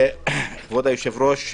כבוד היושב-ראש,